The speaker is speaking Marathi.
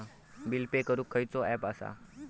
बिल पे करूक खैचो ऍप असा?